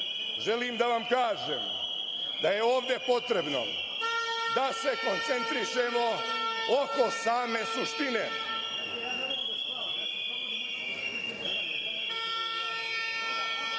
želim da vam kažem da je ovde potrebno da se koncentrišemo oko same suštine.